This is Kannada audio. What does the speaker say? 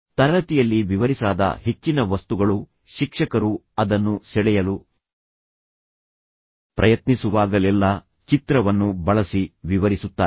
ತರಗತಿಯಲ್ಲಿ ವಿವರಿಸಲಾದ ಹೆಚ್ಚಿನ ವಸ್ತುಗಳು ಶಿಕ್ಷಕರು ಅದನ್ನು ಸೆಳೆಯಲು ಪ್ರಯತ್ನಿಸುವಾಗಲೆಲ್ಲಾ ಚಿತ್ರವನ್ನು ಬಳಸಿ ವಿವರಿಸುತ್ತಾರೆ